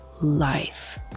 life